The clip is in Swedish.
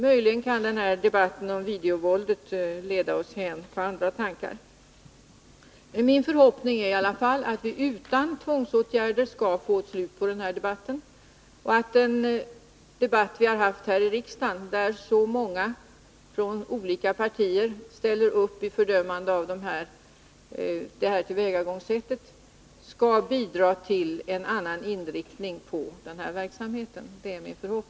Möjligen kan debatten om videovåldet leda oss in på andra tankar. Min förhoppning är i alla fall att vi utan tvångsåtgärder skall få slut på den här debatten och att den debatt vi haft här i riksdagen, där så många från olika partier ställt upp i fördömandet av den här propagandan, skall bidra till en annan inriktning av verksamheten.